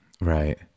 right